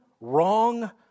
wrong